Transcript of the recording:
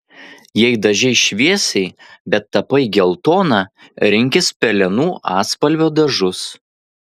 jei dažei šviesiai bet tapai geltona rinkis pelenų atspalvio dažus